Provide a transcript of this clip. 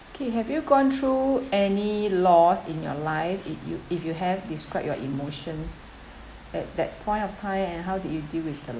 okay you have you gone through any loss in your life if you if you have describe your emotions at that point of time and how did you deal with the